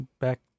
back